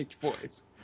boys